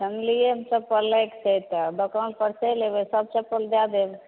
अनलियै हम चप्पल लैक छै तऽ दोकान पर चैलि अयबै तब चप्पल दए देब